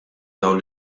dawn